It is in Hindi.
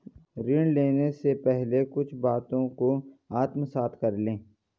ऋण लेने से पहले कुछ बातों को आत्मसात कर लें